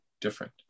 different